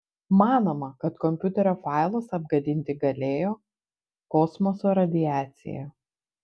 manoma kad kompiuterio failus apgadinti galėjo kosmoso radiacija